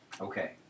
Okay